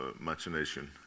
imagination